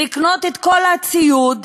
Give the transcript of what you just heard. לקנות את כל הציוד,